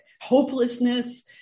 hopelessness